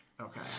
Okay